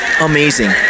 amazing